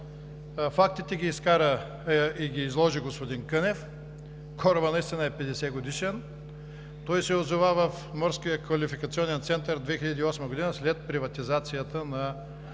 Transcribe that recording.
Фактите ги изкара и ги изложи господин Кънев. Корабът наистина е 50-годишен. Той се озова в Морския квалификационен център 2008 г. след приватизацията на